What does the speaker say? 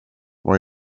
vad